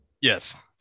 yes